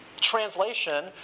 Translation